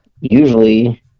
usually